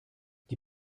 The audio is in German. die